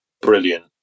brilliant